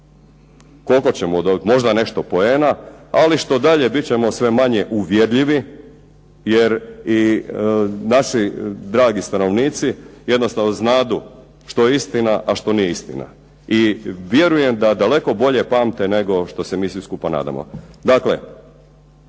Koliko ćemo dobiti? Možda nešto poena, ali što dalje bit ćemo sve manje uvjerljivi jer i naši dragi stanovnici jednostavno znadu što je istina, a što nije istina. I vjerujem da daleko bolje pamte, nego što se mi svi skupa nadamo.